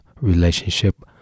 relationship